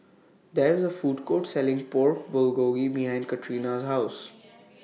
There IS A Food Court Selling Pork Bulgogi behind Katrina's House